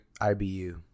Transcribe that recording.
IBU